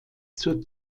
zur